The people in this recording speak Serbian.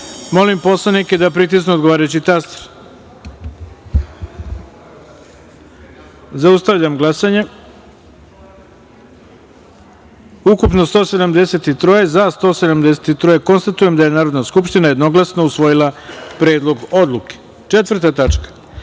poslanike da pritisnu odgovarajući taster. Zaustavljam glasanje: ukupno - 173, za - 173.Konstatujem da je Narodna skupština jednoglasno usvojila Predlog odluke. Četvrta tačka